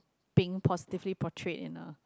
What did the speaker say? being positively portrayed and a